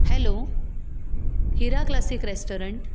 hello Hira classic restaurant